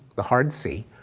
the hard c.